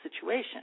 situation